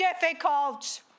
difficult